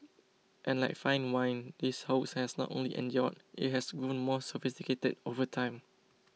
and like fine wine this hoax has not only endured it has grown more sophisticated over time